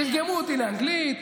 תרגמו אותי לאנגלית,